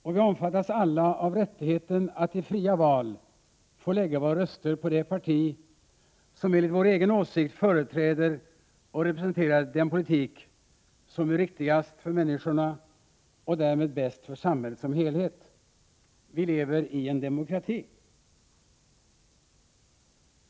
Och vi omfattas alla av rättigheten att i fria val få lägga våra röster på det parti som enligt vår egen åsikt företräder och representerar den politik som är riktigast för människorna och därmed bäst för samhället som helhet. Vi lever i en demokrati.